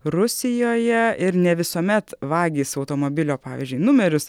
rusijoje ir ne visuomet vagys automobilio pavyzdžiui numerius